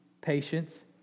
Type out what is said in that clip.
patience